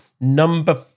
number